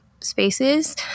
spaces